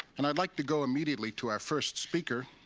and i'd like to go immediately to our first speaker,